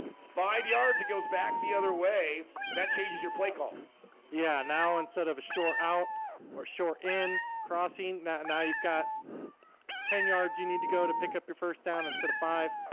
five yards, it goes back the other way and that changes your play call yeah now instead of a shore out or shore in crossing that now you've got ten yards you need to go to pick up your first down instead of five.